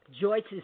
Joyce's